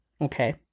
Okay